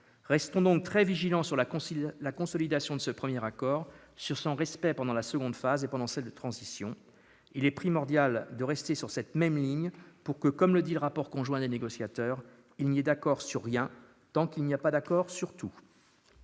Restons donc très vigilants sur la consolidation de ce premier accord, sur son respect pendant la seconde phase et la phase de transition. Il est primordial de rester sur cette même ligne pour que, comme le dit le rapport conjoint des négociateurs, il n'y ait d'accord sur rien tant qu'il n'y a pas d'accord sur tout